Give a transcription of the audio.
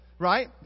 Right